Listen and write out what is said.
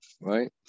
right